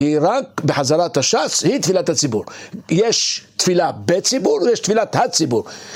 רק בחזרת הש"ס היא תפילת הציבור, יש תפילה בציבור ויש תפילת הציבור